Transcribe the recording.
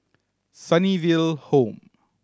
Sunnyville Home